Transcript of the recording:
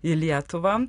į lietuvą